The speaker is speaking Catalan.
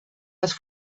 les